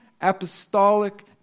apostolic